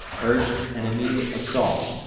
urged an immediate assault.